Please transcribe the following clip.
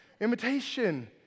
Imitation